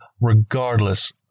regardless